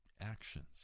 actions